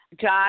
Josh